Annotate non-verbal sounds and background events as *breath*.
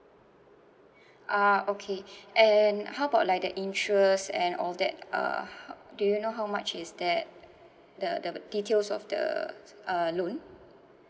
*breath* ah okay *breath* and how about like the interest and all that uh how do you know how much is that the the details of the uh loan